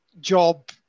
job